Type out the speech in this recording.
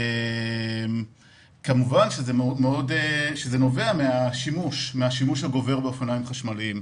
כמובן שזה נובע מהשימוש הגובר באופניים חשמליים.